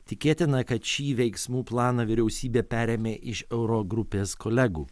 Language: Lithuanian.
tikėtina kad šį veiksmų planą vyriausybė perėmė iš euro grupės kolegų